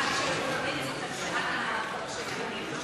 תשובה והצבעה במועד אחר פה?